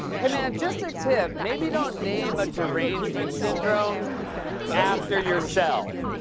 hey, man, just a tip maybe don't name a derangement syndrome after yourself.